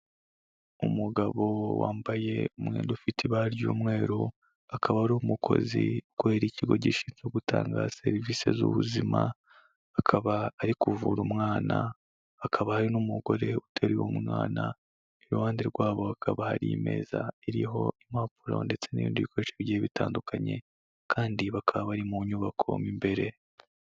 Umugabo wambaye umwenda ufite ibara ry'umweru, akaba ari umukozi ukorera ikigo gishinzwe gutanga serivisi z'ubuzima, akaba ari kuvura umwana, hakaba hari n'umugore uteruye umwana, iruhande rwabo hakaba hari imeza iriho impapuro ndetse n'ibindi bikoresho bigiye bitandukanye, kandi bakaba bari mu nyubako mo imbere.